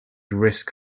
risk